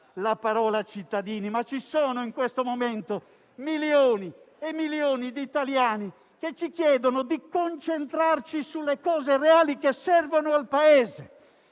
la parola «cittadini». Ci sono, però, in questo momento milioni e milioni di italiani che ci chiedono di concentrarci sulle cose reali che servono al Paese.